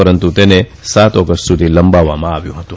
પરંતુ તેને સાત ઓગષ્ટ સુધી લંબાવવામાં આવ્યું હતું